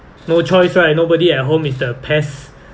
no choice right nobody at home is the pests